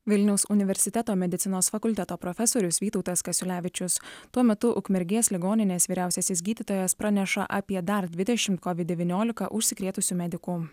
vilniaus universiteto medicinos fakulteto profesorius vytautas kasiulevičius tuo metu ukmergės ligoninės vyriausiasis gydytojas praneša apie dar dvidešimt covid devyniolika užsikrėtusių medikų